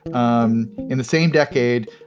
um in the same decade,